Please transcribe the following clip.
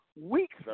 Weeks